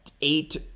eight